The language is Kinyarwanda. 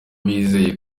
bizeye